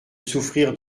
souffrir